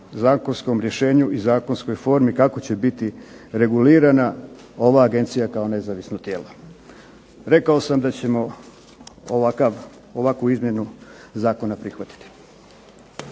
zakonskom rješenju i zakonskoj formi kako će biti regulirana ova agencija kao nezavisno tijelo. Rekao sam da ćemo ovakvu izmjenu zakona prihvatiti.